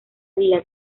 día